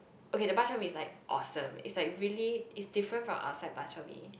okay the bak-chor-mee is like awesome is like really is different from outside bak-chor-mee